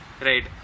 Right